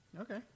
okay